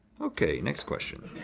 okay, next question.